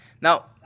Now